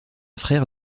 frère